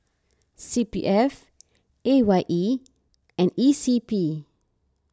C P F A Y E and E C P